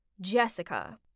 Jessica